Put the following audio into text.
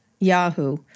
Yahoo